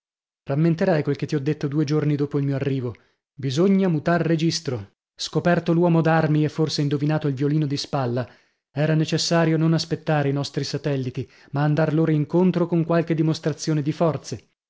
rammenterai quel che ti ho detto due giorni dopo il mio arrivo bisogna mutar registro scoperto l'uomo d'armi e forse indovinato il violino di spalla era necessario non aspettare i nostri satelliti ma andar loro incontro con qualche dimostrazione di forze